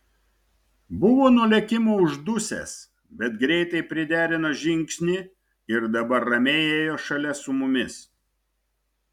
buvo nuo lėkimo uždusęs bet greitai priderino žingsnį ir dabar ramiai ėjo šalia su mumis